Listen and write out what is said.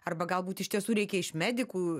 arba galbūt iš tiesų reikia iš medikų